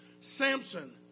Samson